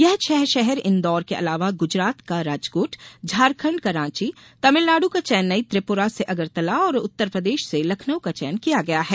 ये छह शहर इंदौर के अलावा गुजरात का राजकोट झारखंड का रांची तमिलनाड़ का चैन्नई त्रिपुरा से अगरतला और उत्तरप्रदेश से लखनऊ का चयन किया गया है